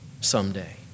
someday